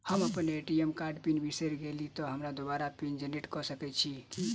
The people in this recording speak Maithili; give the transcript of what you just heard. हम अप्पन ए.टी.एम कार्डक पिन बिसैर गेलियै तऽ हमरा दोबारा पिन जेनरेट कऽ सकैत छी की?